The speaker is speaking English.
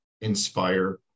inspire